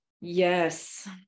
yes